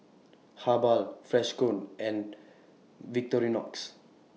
Habhal Freshkon and Victorinox